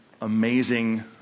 amazing